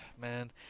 Man